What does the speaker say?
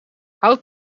hout